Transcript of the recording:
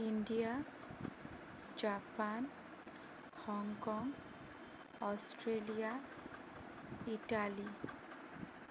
India Japan Hong Kong Australia Italy